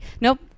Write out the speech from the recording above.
Nope